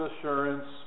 Assurance